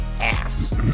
ass